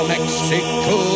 Mexico